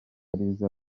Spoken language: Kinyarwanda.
liza